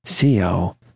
co